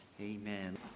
Amen